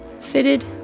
fitted